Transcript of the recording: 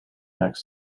next